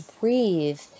breathe